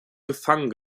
gefangen